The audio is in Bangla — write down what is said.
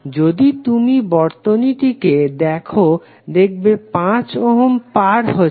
যদি তুমি এই বর্তনীটিকে দেখো দেখবে 5 ওহম পার হছে